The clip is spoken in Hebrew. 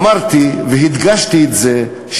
אמרתי והדגשתי את זה,